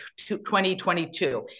2022